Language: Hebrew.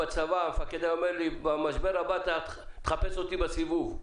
בצבא המפקד היה אומר לי "במשבר הבא תחפש אותי בסיבוב".